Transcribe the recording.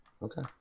Okay